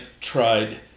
tried